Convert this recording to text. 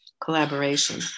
collaboration